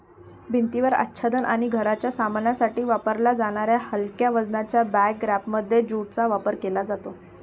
भिंतीवर आच्छादन आणि घराच्या सामानासाठी वापरल्या जाणाऱ्या हलक्या वजनाच्या बॅग रॅपरमध्ये ज्यूटचा वापर केला जातो